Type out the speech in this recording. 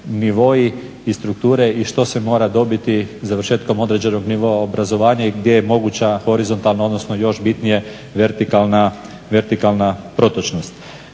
nivoi i strukture i što se mora dobiti završetkom određenog nivoa obrazovanja i gdje je moguća horizontalna, odnosno još bitnije vertikalna protočnost.